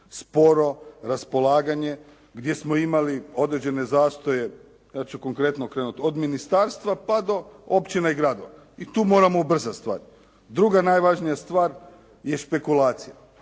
sporo raspolaganje, gdje smo imali određene zastoje, ja ću konkretno krenuti od ministarstva pa do općina i gradova i tu moramo ubrzati stvar. Druga najvažnija stvar je špekulacija